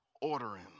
ordering